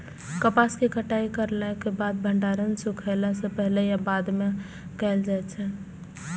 कपास के कटाई करला के बाद भंडारण सुखेला के पहले या बाद में कायल जाय छै?